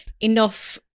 enough